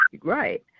right